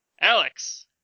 Alex